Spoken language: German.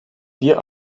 dir